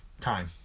Time